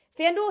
FanDuel